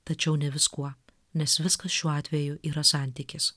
tačiau ne viskuo nes viskas šiuo atveju yra santykis